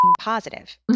positive